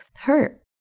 hurt